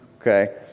Okay